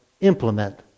implement